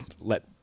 let